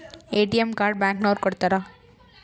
ATM card bank ನವರು ಕೊಡ್ತಾರ